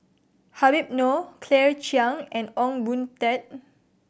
Habib Noh Claire Chiang and Ong Boon Tat